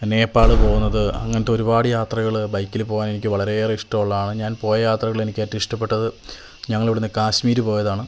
നേപ്പാള് പോവുന്നത് അങ്ങനത്തെ ഒരുപാട് യാത്രകള് ബൈക്കില് പോകാൻ എനിക്ക് വളരെയേറെ ഇഷ്ടമുള്ളതാണ് ഞാൻ പോയ യാത്രകളിൽ എനിക്കേറ്റവും ഇഷ്ടപ്പെട്ടത് ഞങ്ങൾ ഇവിടുന്ന് കാശ്മീര് പോയതാണ്